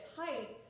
tight